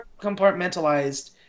compartmentalized